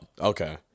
Okay